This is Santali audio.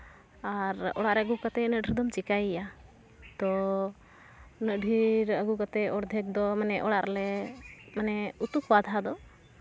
ᱟᱨ ᱚᱲᱟᱜ ᱨᱮ ᱟᱹᱜᱩ ᱠᱟᱛᱮᱫ ᱩᱱᱟᱹᱜ ᱰᱷᱮᱨ ᱫᱚᱢ ᱪᱤᱠᱟᱹᱭᱮᱭᱟ ᱛᱳ ᱩᱱᱟᱹᱜ ᱰᱷᱮᱨ ᱟᱹᱜᱩ ᱠᱟᱛᱮᱜ ᱚᱨᱫᱷᱮᱠ ᱫᱚ ᱢᱟᱱᱮ ᱚᱲᱟᱜ ᱨᱮᱞᱮ ᱢᱟᱱᱮ ᱩᱛᱩ ᱠᱚᱣᱟ ᱟᱫᱷᱟ ᱫᱚ